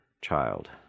child